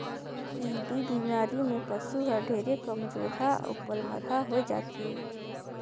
TB बेमारी में पसु हर ढेरे कमजोरहा अउ पलमरहा होय जाथे